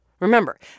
Remember